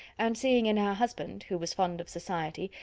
and seeing in her husband, who was fond of society,